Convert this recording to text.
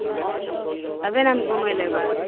तभे ने हम घुमय लए एबय